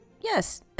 Yes